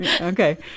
Okay